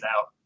out